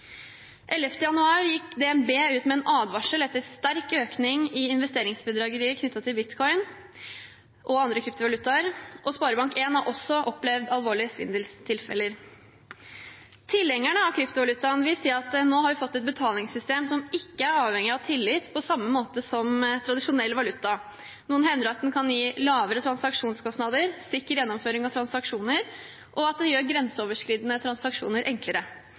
januar gikk DNB ut med en advarsel etter sterk økning i investeringsbedragerier knyttet til bitcoin og andre kryptovalutaer, og Sparebank 1 har også opplevd alvorlige svindeltilfeller. Tilhengerne av kryptovalutaen vil si at vi nå har fått et betalingssystem som ikke er avhengig av tillit på samme måte som tradisjonell valuta. Noen hevder at den kan gi lavere transaksjonskostnader, sikker gjennomføring av transaksjoner, og at den gjør grenseoverskridende transaksjoner enklere.